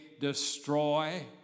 destroy